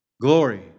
Glory